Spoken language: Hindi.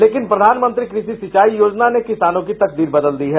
लेकिन प्रधानमंत्री कृषि सिंचाई योजना ने किसानों की तकदीर बदल दी है